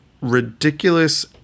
ridiculous